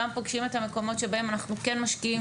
גם פוגשים את המקומות שבהם אנחנו כן משקיעים